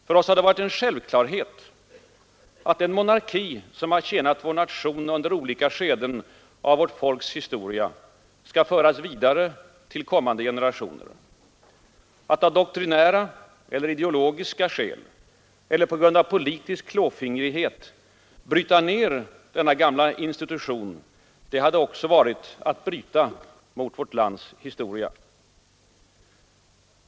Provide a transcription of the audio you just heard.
För oss har det varit en självklarhet att den monarki som tjänat vår nation under olika skeden av vårt folks historia skall föras vidare till kommande generationer. Att av doktrinära eller ideologiska skäl eller på grund av politisk klåfingrighet bryta ner denna gamla institution hade också varit att bryta mot vårt lands histora.